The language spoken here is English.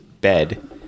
bed